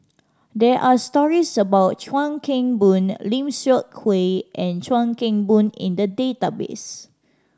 there are stories about Chuan Keng Boon Lim Seok Hui and Chuan Keng Boon in the database